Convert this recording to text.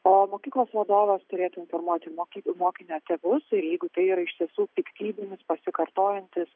o mokyklos vadovas turėtų informuoti mokinių mokinio tėvus jeigu tai yra iš tiesų piktybinis pasikartojantis